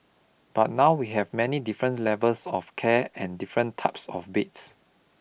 but now we have many different levels of care and different types of beds